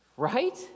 Right